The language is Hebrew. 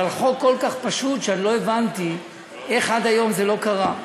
אבל חוק כל כך פשוט שלא הבנתי איך עד היום זה לא קרה.